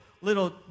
little